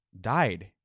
died